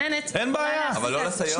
אבל לא לסייעות.